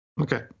Okay